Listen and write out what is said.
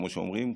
כמו שאומרים?